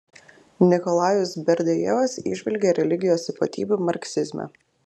nikolajus berdiajevas įžvelgė religijos ypatybių marksizme